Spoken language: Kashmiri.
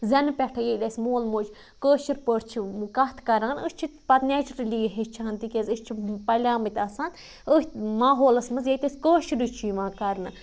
زٮ۪نہٕ پٮ۪ٹھَے ییٚلہِ اَسہِ مول موج کٲشِر پٲٹھۍ چھِ کَتھ کَران أسۍ چھِ پَتہٕ نیچرٔلی یہِ ہیٚچھان تِکیٛازِ أسۍ چھِ پَلیٚمٕتۍ آسان أتھۍ ماحولَس منٛز ییٚتہِ اَسہِ کٲشرُے چھُ یِوان کَرنہٕ